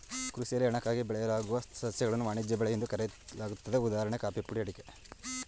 ಕೃಷಿಯಲ್ಲಿ ಹಣಕ್ಕಾಗಿ ಬೆಳೆಯಲಾಗುವ ಸಸ್ಯಗಳನ್ನು ವಾಣಿಜ್ಯ ಬೆಳೆ ಎಂದು ಕರೆಯಲಾಗ್ತದೆ ಉದಾಹಣೆ ಕಾಫಿ ಅಡಿಕೆ